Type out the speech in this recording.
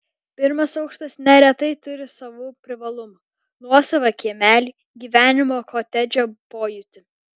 pirmas aukštas neretai turi savų privalumų nuosavą kiemelį gyvenimo kotedže pojūtį